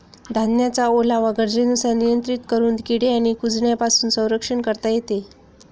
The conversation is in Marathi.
धान्याचा ओलावा गरजेनुसार नियंत्रित करून किडे आणि कुजण्यापासून संरक्षण करता येते